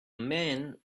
men